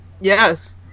Yes